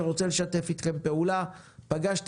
אנחנו רוצים